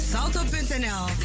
Salto.nl